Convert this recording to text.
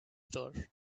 store